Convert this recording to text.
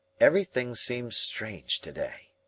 everything seemed strange to-day.